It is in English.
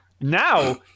now